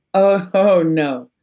oh oh no,